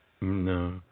No